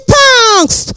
thanks